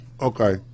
Okay